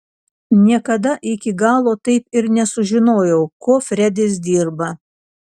niekada iki galo taip ir nesužinojau kuo fredis dirba